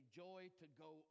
joy-to-go